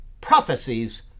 prophecies